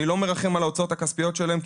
אני לא מרחם על ההוצאות הכספיות שלהם,